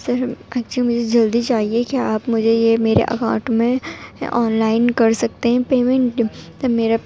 سر actually مجھے جلدی چاہیے کیا آپ مجھے یہ میرے اکاؤنٹ میں آن لائن کر سکتے ہیں پیمینٹ تب میرا